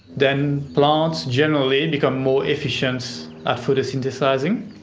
then plants generally become more efficient at photosynthesising.